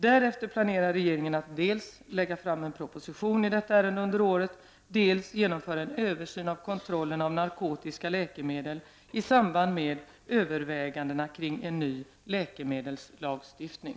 Därefter planerar regeringen att dels lägga fram en proposition i detta ärende under året, dels genomföra en översyn av kontrollen av narkotiska läkemedel i samband med övervägandena kring en ny läkemedelslagstiftning.